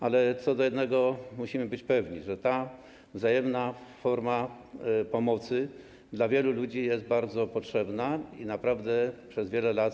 Ale jednego musimy być pewni: że ta wzajemna forma pomocy dla wielu ludzi jest bardzo potrzebna i naprawdę przez wiele lat